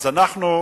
אז אנחנו,